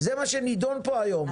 זה מה שנידון פה היום.